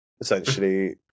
essentially